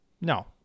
No